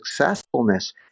successfulness